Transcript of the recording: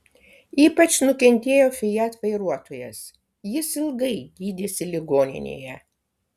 ypač nukentėjo fiat vairuotojas jis ilgai gydėsi ligoninėje